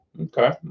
Okay